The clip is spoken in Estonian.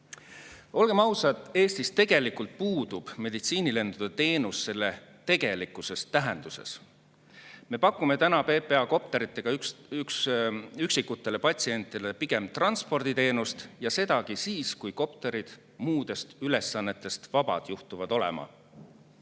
Olgem ausad, Eestis tegelikult puudub meditsiinilendude teenus selle tegelikus tähenduses. Me pakume täna PPA kopteritega üksikutele patsientidele pigem transporditeenust ja sedagi siis, kui kopterid muudest ülesannetest vabad juhtuvad olema.